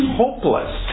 hopeless